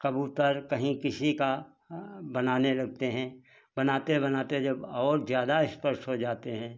कबूतर कहीं किसी का बनाने लगते हैं बनाते बनाते जब और ज़्यादा स्पष्ट हो जाते हैं